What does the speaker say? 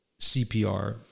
CPR